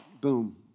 boom